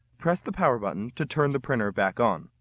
press the power button to turn the printer back on.